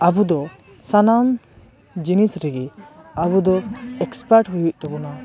ᱟᱵᱚ ᱫᱚ ᱥᱟᱱᱟᱢ ᱡᱤᱱᱤᱥ ᱨᱮᱜᱤ ᱟᱵᱚ ᱫᱚ ᱮᱠᱥᱯᱟᱴ ᱦᱩᱭᱩᱜ ᱛᱟᱵᱚᱱᱟ